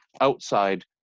outside